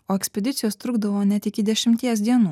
o ekspedicijos trukdavo net iki dešimties dienų